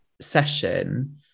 session